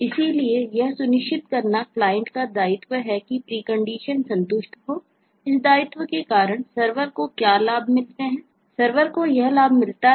इसलिए यह सुनिश्चित करना क्लाइंट का दायित्व है कि प्रीकंडीशन कर सकता है